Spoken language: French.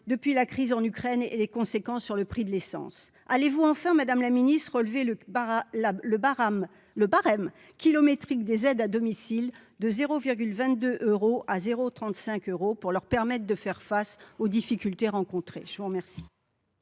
depuis la crise en Ukraine et les conséquences sur le prix de l'essence. Allez-vous enfin, madame la ministre, relever le barème kilométrique des aides à domicile de 0,22 euro à 0,35 euro pour permettre à ces personnes de faire face aux difficultés qu'elles rencontrent